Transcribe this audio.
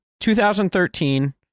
2013